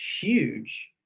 huge